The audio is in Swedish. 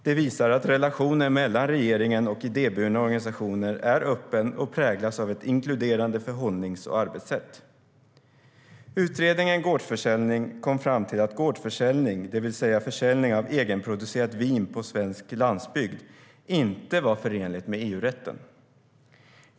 Det visar att relationen mellan regeringen och idéburna organisationer är öppen och präglas av ett inkluderande förhållnings och arbetssätt. Utredningen Gårdsförsäljning kom fram till att gårdsförsäljning, det vill säga försäljning av egenproducerat vin på svensk landsbygd inte var förenligt med EU-rätten.